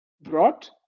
brought